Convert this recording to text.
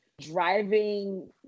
Driving